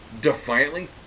defiantly